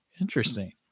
interesting